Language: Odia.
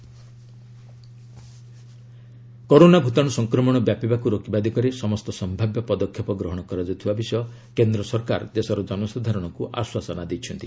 ବର୍ଦ୍ଧନ କରୋନା ମିଟିଂ କରୋନା ଭୂତାଣୁ ସଂକ୍ରମଣ ବ୍ୟାପିବାକୁ ରୋକିବା ଦିଗରେ ସମସ୍ତ ସମ୍ଭାବ୍ୟ ପଦକ୍ଷେପ ଗ୍ରହଣ କରାଯାଉଥିବା ବିଷୟ କେନ୍ଦ୍ର ସରକାର ଦେଶର ଜନସାଧାରଣଙ୍କୁ ଆଶ୍ୱାସନା ଦେଇଛନ୍ତି